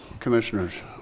Commissioners